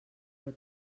però